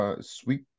sweet